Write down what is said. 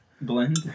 blend